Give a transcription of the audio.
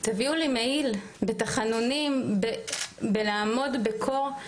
תביאו לי מעיל, בתחנונים, בלעמוד בקור,